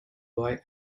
boy